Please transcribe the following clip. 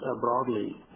broadly